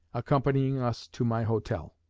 accompanying us to my hotel.